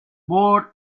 born